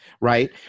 right